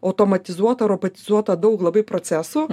automatizuota robotizuota daug labai procesų